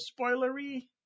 spoilery